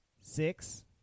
six